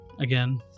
again